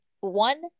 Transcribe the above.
one